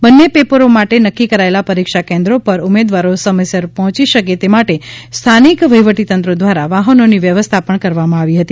બન્ને પેપરો માટે નક્કી કરાયેલાં પરિક્ષા કેન્દ્રો પર ઉમેદવારો સમયસર પહોંચી શકે તે માટે સ્થાનિક વહિવટીતંત્રો દ્વારા વાહનોની વ્યવસ્થા પણ કરવામાં આવી હતી